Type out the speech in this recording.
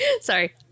Sorry